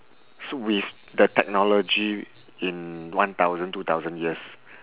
so with the technology in one thousand two thousand years